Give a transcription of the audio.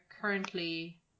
currently